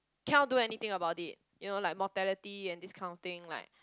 cannot do anything about it you know like mortality and this kind of thing like